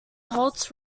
holtz